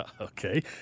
Okay